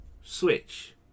switch